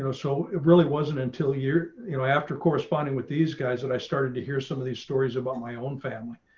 so it really wasn't until year you know after corresponding with these guys that i started to hear some of these stories about my own family,